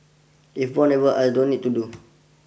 if born never I don't need to do